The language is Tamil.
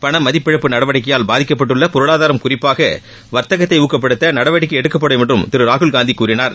பண மதிப்பிழப்பு நடவடிக்கையால் பாதிக்கப்பட்டுள்ள பொருளாதாரம் குறிப்பாக வர்த்தகத்தை ஊக்கப்படுத்த நடவடிக்கை எடுக்கப்படும் என்று திரு ராகுல் காந்தி கூறினார்